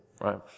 right